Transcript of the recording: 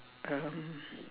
um